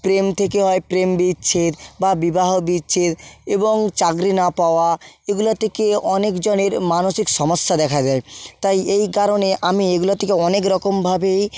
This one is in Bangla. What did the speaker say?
প্রেম থেকে হয় প্রেম বিচ্ছেদ বা বিবাহ বিচ্ছেদ এবং চাকরি না পাওয়া এগুলো থেকে অনেক জনের মানসিক সমস্যা দেখা দেয় তাই এই কারণে আমি এগুলো থেকে অনেক রকমভাবেই